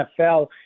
NFL